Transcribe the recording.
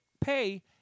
pay